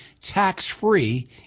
tax-free